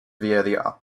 via